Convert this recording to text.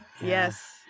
Yes